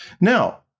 Now